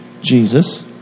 Jesus